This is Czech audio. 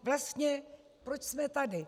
Vlastně, proč jsme tady?